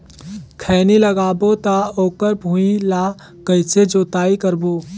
खैनी लगाबो ता ओकर भुईं ला कइसे जोताई करबो?